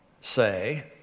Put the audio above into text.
say